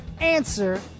Answer